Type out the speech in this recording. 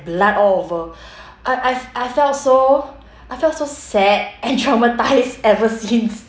blood all over I I've I felt so I felt so sad and traumatised ever since